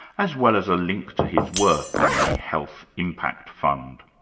as well as a link to his work on the health impact fund.